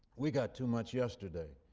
we got too much yesterday,